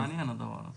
מעניין הדבר הזה.